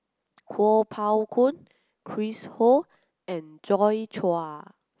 Kuo Pao Kun Chris Ho and Joi Chua